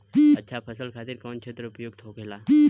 अच्छा फसल खातिर कौन क्षेत्र उपयुक्त होखेला?